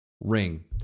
ring